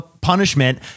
punishment